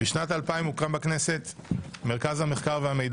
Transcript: בשנת 2000 הוקם בכנסת מרכז המחקר והמידע